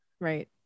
Right